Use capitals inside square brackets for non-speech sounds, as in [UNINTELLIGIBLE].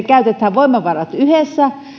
[UNINTELLIGIBLE] käytetään voimavarat yhdessä